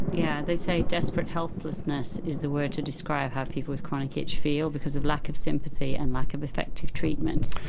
yeah they say desperate helplessness is the word to describe how people with chronic itch feel because of lack of sympathy and lack of effective treatments.